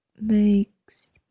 makes